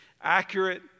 accurate